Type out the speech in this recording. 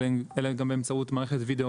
הוא היה גם באמצעות מערכת הווידיאו